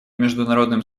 международным